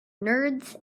nerds